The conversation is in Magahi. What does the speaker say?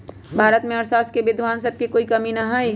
भारत में अर्थशास्त्र के विद्वान सब के कोई कमी न हई